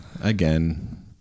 again